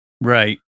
right